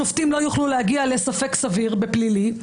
שופטים לא יוכלו להגיע לספק סביר בפלילי.